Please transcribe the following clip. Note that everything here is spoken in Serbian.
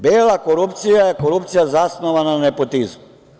Bela korupcija je korupcija zasnovana na nepotizmu.